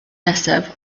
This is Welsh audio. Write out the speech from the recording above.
nesaf